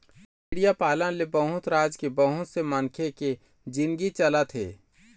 भेड़िया पालन ले बहुत राज के बहुत से मनखे के जिनगी चलत हे